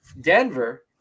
Denver